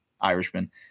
Irishman